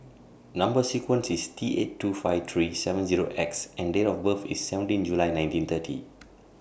Number sequence IS T eight two five three seven Zero six X and Date of birth IS seventeen July nineteen thirty